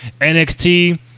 NXT